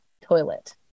toilet